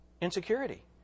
Insecurity